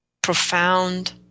profound